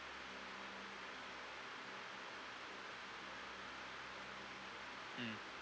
mm